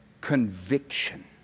Conviction